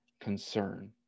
concern